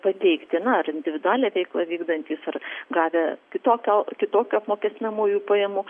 pateikti na ar individualią veiklą vykdantys ar gavę kitokio kitokių apmokestinamųjų pajamų